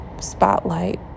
spotlight